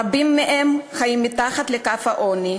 רבים מהם חיים מתחת לקו העוני,